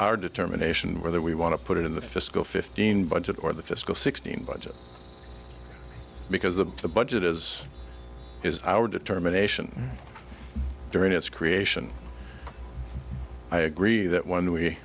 our determination whether we want to put it in the fiscal fifteen budget or the fiscal sixteen budget because the the budget is is our determination during its creation i agree that when we